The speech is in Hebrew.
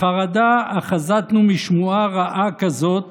"חרדה אחזתנו משמועה רעה כזאת